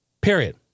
Period